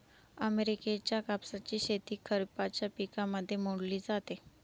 अमेरिकेच्या कापसाची शेती खरिपाच्या पिकांमध्ये मोडली जाते